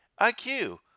iq